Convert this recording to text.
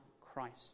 Christ